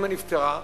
אמא נפטרה,